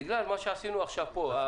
בגלל מה שעשינו עכשיו פה.